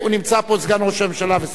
סגן ראש הממשלה ושר הפנים,